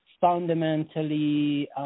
fundamentally –